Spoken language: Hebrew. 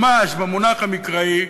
ממש במונח המקראי,